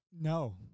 No